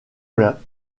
velin